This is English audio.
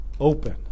open